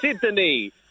Sydney